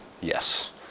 Yes